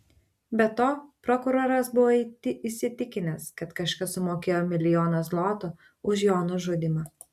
be to prokuroras buvo įsitikinęs kad kažkas sumokėjo milijoną zlotų už jo nužudymą